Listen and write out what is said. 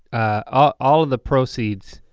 ah all of the proceeds